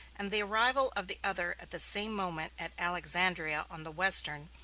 and the arrival of the other, at the same moment, at alexandria, on the western,